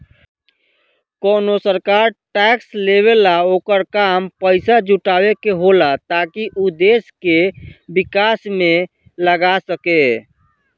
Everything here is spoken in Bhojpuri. कवनो सरकार टैक्स लेवेला ओकर काम पइसा जुटावे के होला ताकि उ देश के विकास में लगा सके